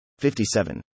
57